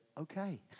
okay